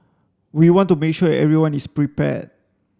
we want to make sure everyone is prepared